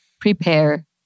prepare